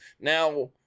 Now